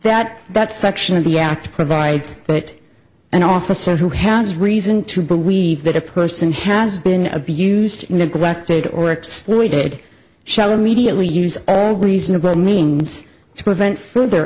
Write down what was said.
that that section of the act provides that an officer who has reason to believe that a person has been abused neglected or exploited shall immediately use all reasonable means to prevent further